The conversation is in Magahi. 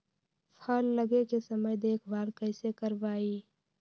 फल लगे के समय देखभाल कैसे करवाई?